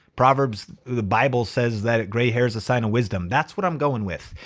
proverbs the bible says that gray hair is a sign of wisdom, that's what i'm going with.